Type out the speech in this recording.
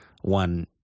one